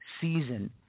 season